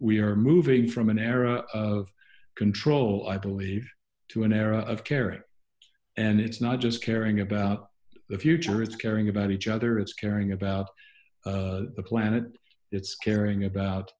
we are moving from an era of control i believe to an era of carrot and it's not just caring about the future it's caring about each other it's caring about the planet it's caring about